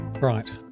Right